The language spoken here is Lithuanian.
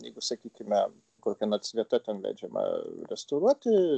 jeigu sakykime kokia nors vieta ten leidžiama restauruoti